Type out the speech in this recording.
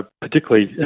particularly